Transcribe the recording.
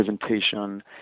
presentation